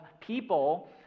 people